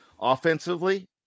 Offensively